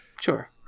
Sure